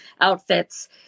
outfits